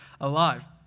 alive